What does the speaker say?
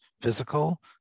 physical